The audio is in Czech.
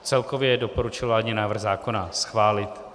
Celkově doporučil vládní návrh zákona schválit.